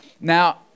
Now